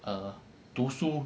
err 读书